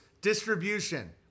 distribution